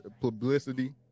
publicity